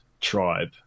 tribe